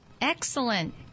excellent